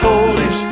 Holy